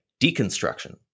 deconstruction